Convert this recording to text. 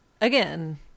Again